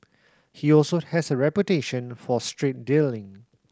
he also has a reputation for straight dealing